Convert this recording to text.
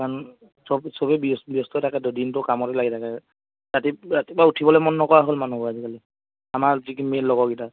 কাৰণ সব সবেই বিয় ব্যস্ত থাকে দি দিনটো কামতে লাগি থাকে ৰাতি ৰাতিপুৱা উঠিবলৈ মন নকৰা হ'ল মানুহবোৰ আজিকালি আমাৰ যিকি মেইল লগৰকেইটা